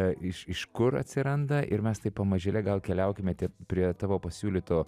iš iš kur atsiranda ir mes taip pamažėle gal keliaukime prie tavo pasiūlyto